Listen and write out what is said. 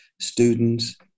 students